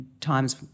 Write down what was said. times –